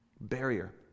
barrier